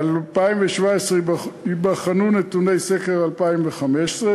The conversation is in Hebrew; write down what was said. ב-2017 ייבחנו נתוני סקר 2015,